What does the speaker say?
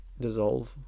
dissolve